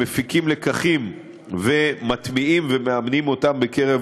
המפיקים לקחים ומטמיעים אותם בקרב